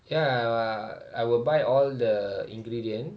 ya uh I will buy all the ingredient